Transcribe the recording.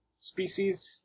species